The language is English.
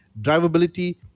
drivability